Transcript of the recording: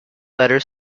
letter